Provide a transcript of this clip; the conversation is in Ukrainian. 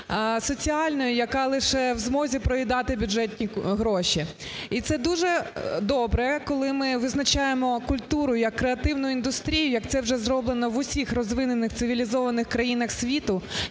соціальної, яка лише в змозі проїдати бюджетні гроші. І це дуже добре, коли ми визначаємо культуру як креативну індустрію, як це вже зроблено в усіх розвинених цивілізованих країнах світу,